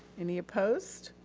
any opposed?